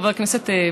חבר הכנסת ביטן,